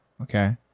Okay